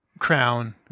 Crown